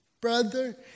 Brother